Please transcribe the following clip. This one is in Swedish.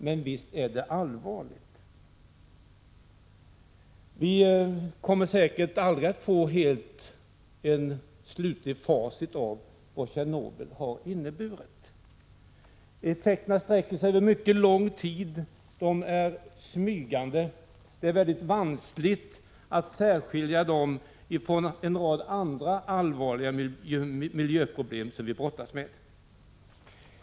Men visst är det allvarligt, även om vi säkert aldrig kommer att få se hela det slutliga facit av vad Tjernobyl har inneburit. Effekterna sträcker sig över lång tid, och de är smygande och vanskliga att särskilja från en rad andra allvarliga miljöproblem som vi har att brottas med.